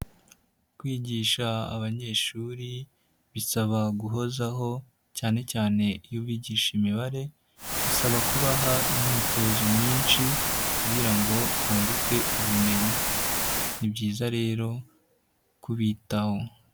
Kwigisha abanyeshuri, bisaba guhozaho cyane cyane iyo ubigisha imibare bisaba kubaha imyitozo myinshi kugira ngo bunguke ubumenyi, ni byizayiza rero kubitaho.